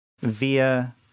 via